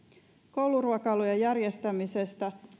kouluruokailujen järjestämisestä